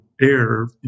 air